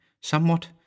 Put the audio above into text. somewhat